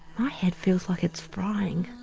ah head feels like it's frying.